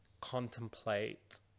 contemplate